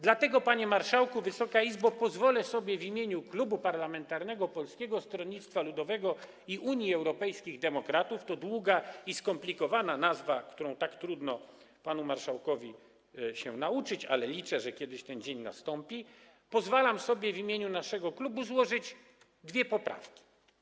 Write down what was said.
Dlatego, panie marszałku, Wysoka Izbo, pozwolę sobie w imieniu Klubu Parlamentarnego Polskiego Stronnictwa Ludowego i Unii Europejskich Demokratów - to długa i skomplikowana nazwa, panu marszałkowi tak trudno się jej nauczyć, ale liczę, że kiedyś ten dzień nastąpi - pozwolę sobie w imieniu naszego klubu złożyć dwie poprawki.